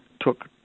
took